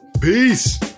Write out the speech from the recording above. Peace